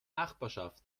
nachbarschaft